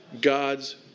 God's